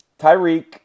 Tyreek